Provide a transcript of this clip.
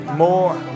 more